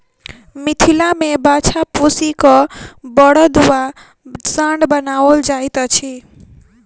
मिथिला मे बाछा पोसि क बड़द वा साँढ़ बनाओल जाइत अछि